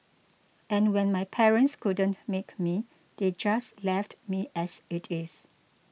and when my parents couldn't make me they just left me as it is